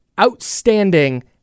outstanding